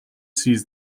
sees